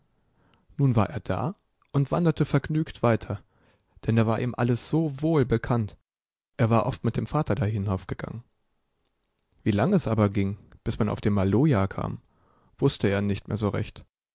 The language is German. nun war er da und wanderte vergnügt weiter denn da war ihm alles so wohl bekannt er war oft mit dem vater da hinaufgegangen wie lang es aber ging bis man auf den maloja kam wußte er nicht mehr so recht